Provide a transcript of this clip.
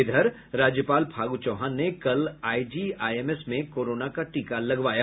इधर राज्यपाल फागू चौहान ने कल आईजीआईएमएस में कोरोना का टीका लगवाया